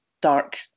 dark